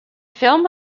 film